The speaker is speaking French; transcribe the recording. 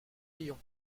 lyon